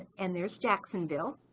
and there's jacksonville.